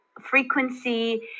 frequency